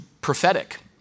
prophetic